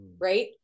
right